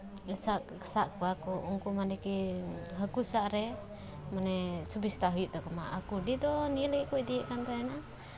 ᱥᱟᱵ ᱠᱚᱣᱟ ᱠᱚ ᱩᱱᱠᱩ ᱢᱟᱱᱮ ᱜᱮ ᱦᱟᱹᱠᱩ ᱥᱟᱵ ᱨᱮ ᱢᱟᱱᱮ ᱥᱩᱵᱤᱥᱛᱟ ᱦᱩᱭᱩᱜ ᱛᱟᱠᱚ ᱢᱟ ᱠᱩᱰᱤ ᱫᱚ ᱱᱤᱭᱟᱹ ᱞᱟᱹᱜᱤᱫ ᱠᱚ ᱤᱫᱤᱭᱮᱜ ᱛᱟᱦᱮᱱᱟ